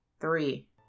three